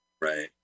Right